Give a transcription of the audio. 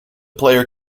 player